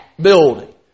building